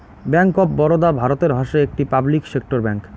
bank of Baroda ভারতের হসে একটি পাবলিক সেক্টর ব্যাঙ্ক